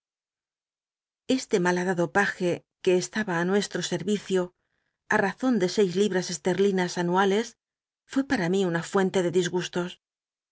este mal hadado paje que estaba á nuestro sel'vicio á razon de seis libras estel'linas anuales fué pal'a mi una fuente de di